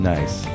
Nice